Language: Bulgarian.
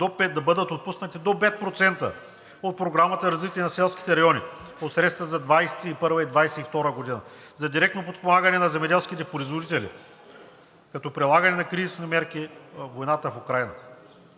да бъдат отпуснати до 5% от Програмата за развитие на селските райони по средствата за 2021 г. и 2022 г. за директно подпомагане на земеделските производители, като прилагане на кризисни мерки заради войната в Украйна.